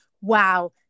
wow